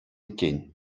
иккен